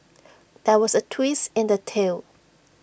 there was A twist in the tale